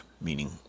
meaning